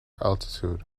altitude